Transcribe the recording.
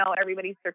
everybody's